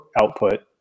output